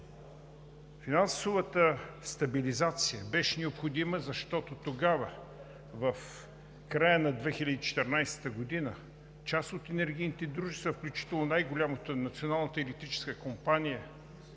Финансовата стабилизация беше необходима, защото тогава – в края на 2014 г., част от енергийните дружества, включително най-голямото – Националната електрическа компания,